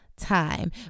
time